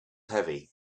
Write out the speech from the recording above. heavy